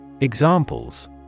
Examples